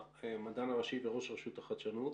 המדען הראשי וראש רשות החדשנות.